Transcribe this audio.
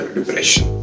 depression